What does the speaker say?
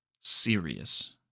serious